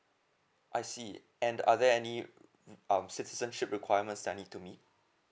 I see and are there any um citizenship requirements I need to meet